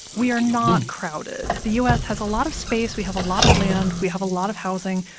we are not crowded. the u s. has a lot of space. we have a lot of land. we have a lot of housing.